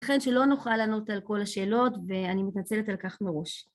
יתכן שלא נוכל לענות על כל השאלות ואני מתנצלת על כך מראש